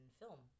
film